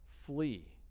Flee